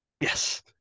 Yes